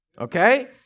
Okay